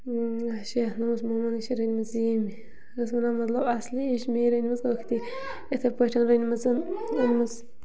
آچھا مےٚ دوٚپمَس مُمَن نَے چھِ رٔنۍمٕژ ییٚمہِ یہِ ٲس وَنان مطلب اَصلی یہِ چھِ مے رٔنۍمٕژ ٲکھتٕے یِتھَے پٲٹھۍ رٔنۍمٕژ أنۍمٕژ